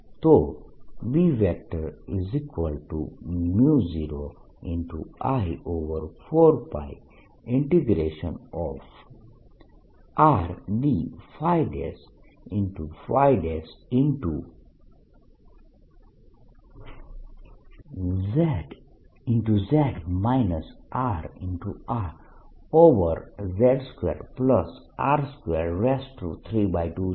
તો B0I4πRd×zz Rrz2R232 છે